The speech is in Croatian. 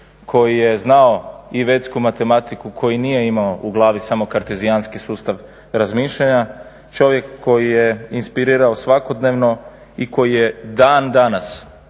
koji je znao i … matematiku, koji nije imao u glavi samo kartezijanski sustav razmišljanja, čovjek koji je inspirirao svakodnevno i koji je dan danas